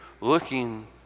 looking